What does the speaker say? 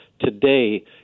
today